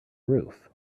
roof